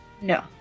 No